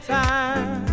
time